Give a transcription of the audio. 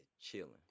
Chilling